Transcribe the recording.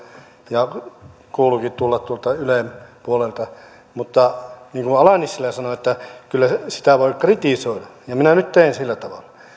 ja kuuluukin tulla tuolta ylen puolelta mutta niin kuin ala nissilä sanoi kyllä sitä voi kritisoida ja minä nyt teen sillä tavalla